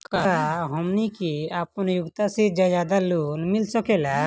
का हमनी के आपन योग्यता से ज्यादा लोन मिल सकेला?